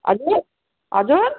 हजुर हजुर